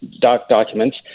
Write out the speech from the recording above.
documents